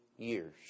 Years